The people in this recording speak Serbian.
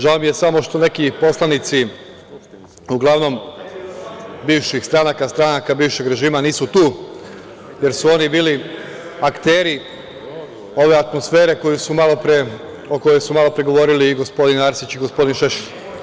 Žao mi je samo što neki poslanici, uglavnom bivših stranaka, stranaka bivšeg režima nisu tu, jer su oni bili akteri ove atmosfere o kojoj su malopre govorili i gospodin Arsić i gospodin Šešelj.